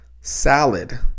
salad